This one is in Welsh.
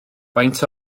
faint